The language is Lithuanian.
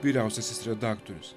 vyriausiasis redaktorius